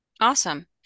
Awesome